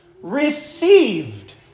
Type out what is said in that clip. received